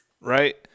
right